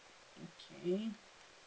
okay